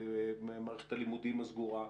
של מערכת הלימודים הסגורה,